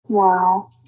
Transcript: Wow